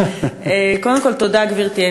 קודם כול, תודה, גברתי.